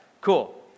Cool